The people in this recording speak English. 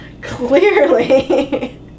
Clearly